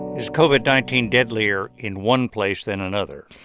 is covid nineteen deadlier in one place than another?